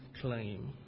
claim